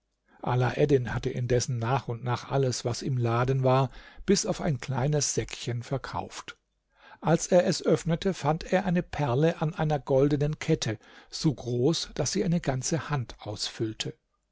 hatte indessen nach und nach alles was im laden war bis auf ein kleines säckchen verkauft als er es öffnete fand er eine perle an einer goldenen kette so groß daß sie eine ganze hand ausfüllte